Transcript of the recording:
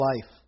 life